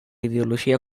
ideologia